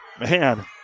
man